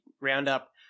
roundup